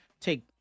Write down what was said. take